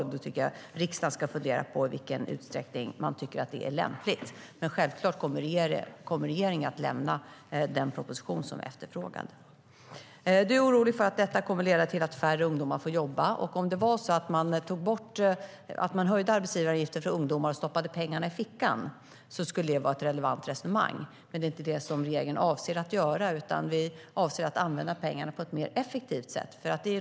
Jag tycker att riksdagen ska fundera på i vilken utsträckning det är lämpligt. Men regeringen kommer självklart att lämna den proposition som efterfrågas. Du är orolig för att detta kommer att leda till att färre ungdomar får jobba. Om det vore så att vi höjde arbetsgivaravgifterna för ungdomar och stoppade pengarna i fickan skulle det vara ett relevant resonemang. Men det är inte det som regeringen avser att göra. Vi avser att använda pengarna på ett mer effektivt sätt.